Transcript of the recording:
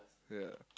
ya